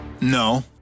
No